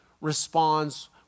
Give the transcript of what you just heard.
responds